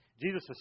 Jesus